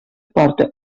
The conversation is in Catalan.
porta